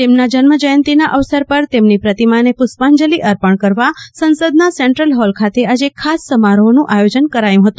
તેમના જન્મજયંતિના અવસર પર તેમની પ્રતિમાને પુષ્પાંજલી અર્પણલ કરવા સંસદના સેન્ટ્રલ હોલ ખાતે આજે ખાસ સમારોહનું આયોજન કરાયું છે